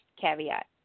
caveat